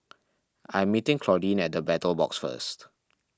I am meeting Claudine at the Battle Box first